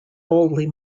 boldly